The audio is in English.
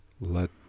Let